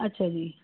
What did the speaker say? ਅੱਛਾ ਜੀ